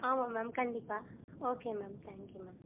ஆமாம் மேம் கண்டிப்பாக okay ma'am thank you ma'am